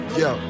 yo